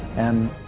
and